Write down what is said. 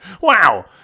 wow